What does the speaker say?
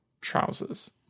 trousers